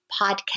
podcast